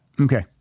Okay